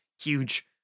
huge